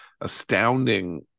astounding